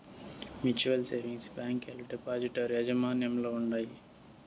mutual savings బ్యాంకీలు depositor యాజమాన్యంల ఉండాయి